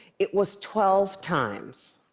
it was twelve times.